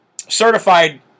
certified